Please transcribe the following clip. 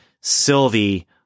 Sylvie